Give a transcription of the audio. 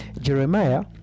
Jeremiah